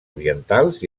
orientals